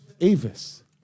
Avis